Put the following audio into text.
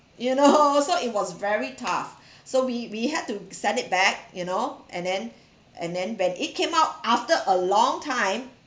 you know so it was very tough so we we had to send it back you know and then and then when it came out after a long time